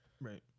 Right